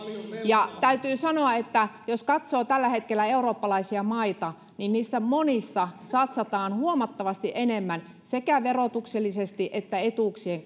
ja täytyy sanoa että jos katsoo tällä hetkellä eurooppalaisia maita niin niissä monissa satsataan huomattavasti enemmän sekä verotuksellisesti että etuuksien